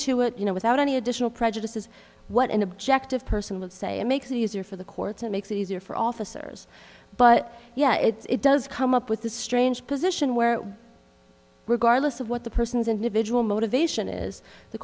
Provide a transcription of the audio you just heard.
to it you know without any additional prejudices what an objective person would say it makes it easier for the courts it makes it easier for officers but yeah it's it does come up with the strange position where regardless of what the person's individual motivation is the